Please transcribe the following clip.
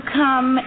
come